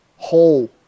whole